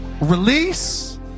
Release